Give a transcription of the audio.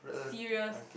serious